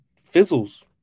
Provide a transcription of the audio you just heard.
fizzles